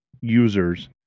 users